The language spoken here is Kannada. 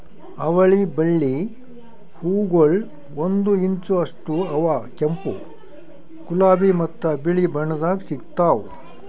ಅವಳಿ ಬಳ್ಳಿ ಹೂಗೊಳ್ ಒಂದು ಇಂಚ್ ಅಷ್ಟು ಅವಾ ಕೆಂಪು, ಗುಲಾಬಿ ಮತ್ತ ಬಿಳಿ ಬಣ್ಣದಾಗ್ ಸಿಗ್ತಾವ್